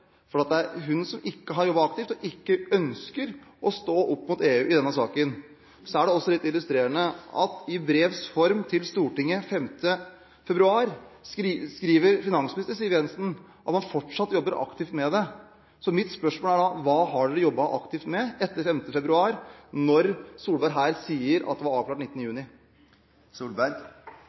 for det er hun som ikke har jobbet aktivt, og ikke ønsker å stå opp mot EU i denne saken. Så er det også litt illustrerende at i brevs form til Stortinget 5. februar skriver finansminister Siv Jensen at man fortsatt jobber aktivt med dette. Mitt spørsmål er da: Hva har dere jobbet aktivt med etter 5. februar, når Solberg her sier at det var avklart 19. juni?